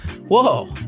whoa